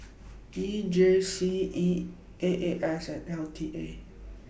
E J C E A A S and L T A